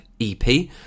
EP